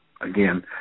again